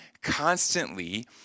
constantly